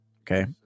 Okay